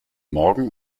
morgen